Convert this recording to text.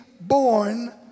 born